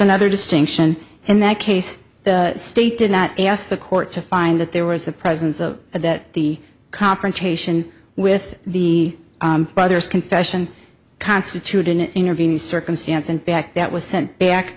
another distinction in that case the state did not ask the court to find that there was the presence of that the confrontation with the brother's confession constitute an intervening circumstance in fact that was sent back